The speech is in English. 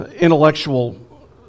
intellectual